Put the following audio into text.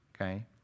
Okay